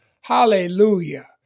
hallelujah